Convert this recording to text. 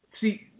See